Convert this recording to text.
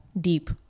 deep